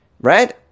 Right